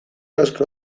asko